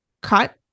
cut